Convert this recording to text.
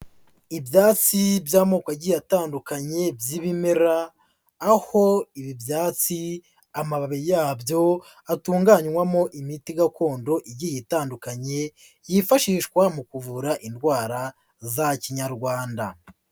Ibyatsi by'amoko agiye atandukanye by'ibimera ,aho ibi byatsi amababi yabyo atunganywamo imiti gakondo igiye itandukanye yifashishwa mu kuvura indwara za Kinyarwanda.